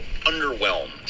underwhelmed